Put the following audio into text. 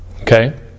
Okay